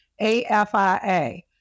AFIA